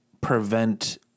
prevent